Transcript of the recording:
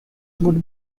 would